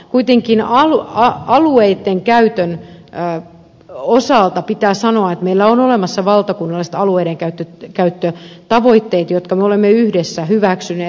kuitenkin alueitten käytön osalta pitää sanoa että meillä on olemassa valtakunnalliset alueidenkäyttötavoitteet jotka me olemme yhdessä hyväksyneet